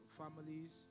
families